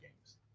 games